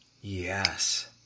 Yes